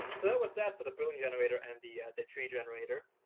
so that was that for the building generator and the the tree generator,